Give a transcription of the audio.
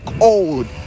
old